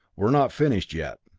we're not finished yet.